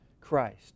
Christ